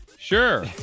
Sure